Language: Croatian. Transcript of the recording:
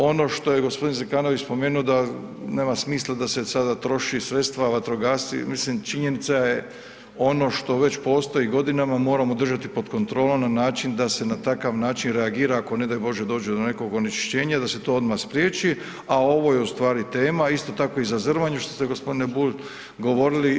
Ono što je gospodin Zekanović spomenuo da nema smisla da se sada troši sredstva vatrogasci, mislim činjenica je ono što već postoji godinama moramo držati pod kontrolom na način da se na takav način reagira ako ne daj Bože dođe do nekog onečišćenja i da se to odmah spriječi, a ovo je u stvari tema isto tako i za Zrmanju što ste gospodine Bulj govorili.